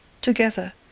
together